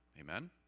Amen